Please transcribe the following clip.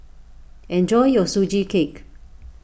enjoy your Sugee Cake